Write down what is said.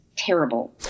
Terrible